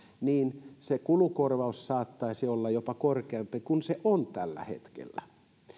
niin se kulukorvaus saattaisi olla jopa korkeampi kuin se on tällä hetkellä